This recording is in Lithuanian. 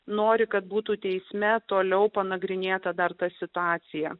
nori kad būtų teisme toliau panagrinėta dar ta situacija